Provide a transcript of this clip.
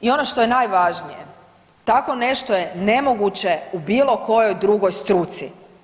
I ono što je najvažnije tako nešto je nemoguće u bilo kojoj drugoj struci.